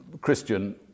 Christian